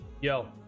Yo